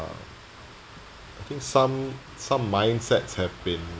I think some some mindsets have been